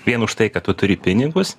vien už tai kad tu turi pinigus